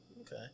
Okay